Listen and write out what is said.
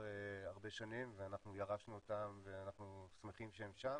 הרבה שנים ואנחנו ירשנו אותם ואנחנו שמחים שהם שם.